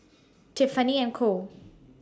Tiffany and Co